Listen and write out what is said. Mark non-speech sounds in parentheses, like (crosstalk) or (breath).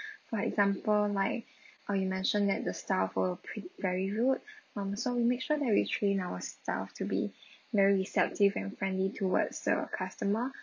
for example like uh you mentioned that the staff were pre~ very rude um so we made sure that we trained our staff to be (breath) very receptive and friendly towards uh customer